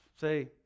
Say